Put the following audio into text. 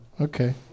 Okay